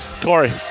Corey